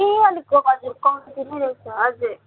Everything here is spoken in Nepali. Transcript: ए अलिक हजुर कम्ती नै रहेछ हजुर